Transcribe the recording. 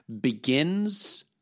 begins